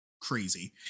crazy